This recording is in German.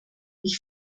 ich